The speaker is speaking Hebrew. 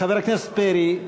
חבר הכנסת פרי,